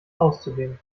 auszugehen